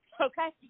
Okay